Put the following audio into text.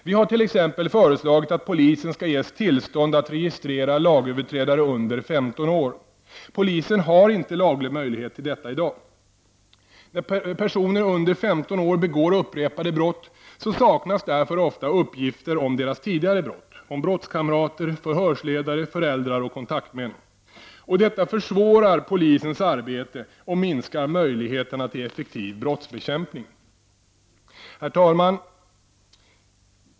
Vi har t.ex. föreslagit att polisen skall ges tillstånd att registrera lagöverträdare under 15 år. Polisen har inte laglig möjlighet till detta i dag. När personer under 15 år begår upprepade brott saknas därför oftast uppgifter om deras tidigare brott, brottskamrater, förhörsledare, föräldrar och kontaktmän. Detta försvårar polisens arbete och minskar möjligheterna till effektiv brottsbekämpning. Herr talman!